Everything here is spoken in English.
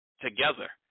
Together